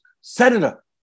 Senator